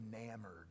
enamored